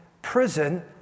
prison